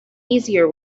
easier